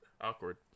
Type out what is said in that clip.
Awkward